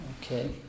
Okay